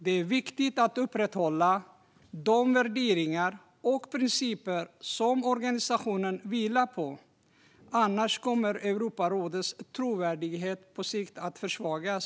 Det är viktigt att upprätthålla de värderingar och principer som organisationen vilar på - annars kommer Europarådets trovärdighet på sikt att försvagas.